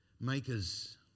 makers